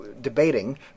debating